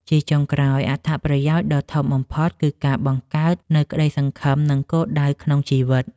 ជាចុងក្រោយ អត្ថប្រយោជន៍ដ៏ធំបំផុតគឺការបង្កើតនូវក្ដីសង្ឃឹម និងគោលដៅក្នុងជីវិត។